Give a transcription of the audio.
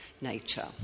nature